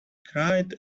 cried